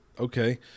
okay